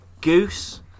goose